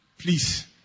Please